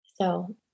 So-